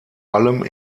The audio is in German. allem